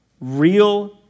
real